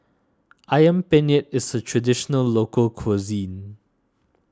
Ayam Penyet is a Traditional Local Cuisine